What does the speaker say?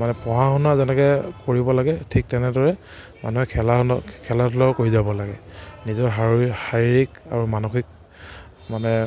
মানে পঢ়া শুনা যেনেকৈ কৰিব লাগে ঠিক তেনেদৰে মানুহে খেলা ধূলাও খেলা ধূলাও কৰি যাব লাগে নিজৰ শাৰী শাৰীৰিক আৰু মানসিক মানে